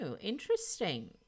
interesting